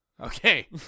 Okay